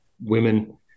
women